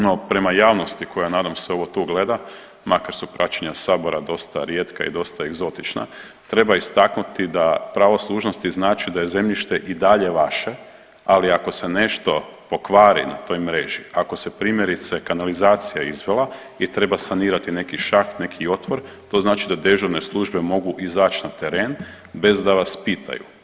No prema javnosti koja nadam se ovo tu gleda, makar su praćenja sabora dosta rijetka i dosta egzotična, treba istaknuti da pravo služnosti znači da je zemljište i dalje vaše, ali ako se nešto pokvari na toj mreži, ako se primjerice kanalizacija izvela gdje treba sanirati neki šaht, neki otvor, to znači da dežurne službe mogu izać na teren bez da vas pitaju.